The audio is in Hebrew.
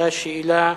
אותה שאלה: